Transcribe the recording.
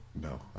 No